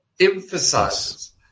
emphasizes